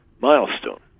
milestone